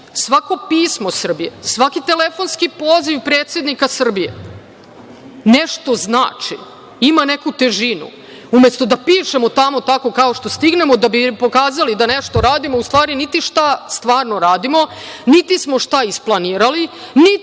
svako pismo Srbije, svaki telefonski poziv predsednika Srbije nešto znači, ima neku težinu. Umesto da pišemo tamo tako kao što stignemo da bi pokazali da nešto radimo, u stvari niti šta stvarno radimo, niti smo šta isplanirali, niti